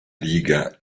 liga